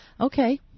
Okay